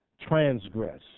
transgress